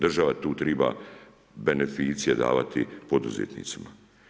Država tu treba beneficije davati poduzetnicima.